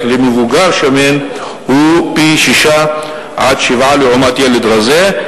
למבוגר שמן הוא פי-שישה עד פי-שבעה לעומת ילד רזה.